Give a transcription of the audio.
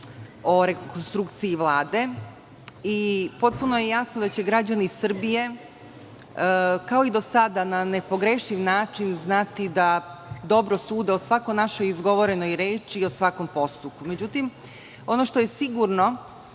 o rekonstrukciji Vlade i potpuno je jasno da će građani Srbije, kao i do sada, na nepogrešiv način znati da dobro sude o svakoj našoj izgovorenoj reči i o svakom postupku. Međutim, ono što je sigurno,